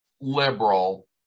liberal